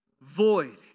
void